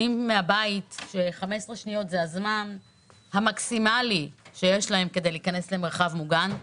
הם יודעים ש-15 שניות זה הזמן המקסימאלי כדי להיכנס למרחב מוגן.